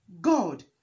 God